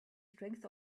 strength